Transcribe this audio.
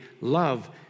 love